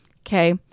Okay